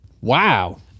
Wow